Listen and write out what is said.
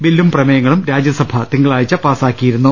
ബില്ലും പ്രമേയ ങ്ങളും രാജ്യസഭ തിങ്കളാഴ്ച പാസ്സാക്കിയിരുന്നു